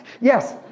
Yes